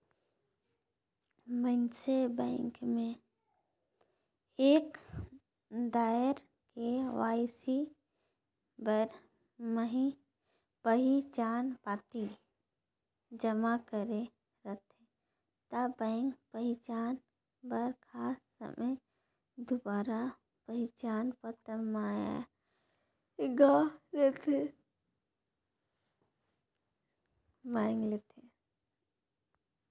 मइनसे बेंक में एक धाएर के.वाई.सी बर पहिचान पाती जमा करे रहथे ता बेंक पहिचान बर खास समें दुबारा पहिचान पत्र मांएग लेथे